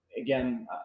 again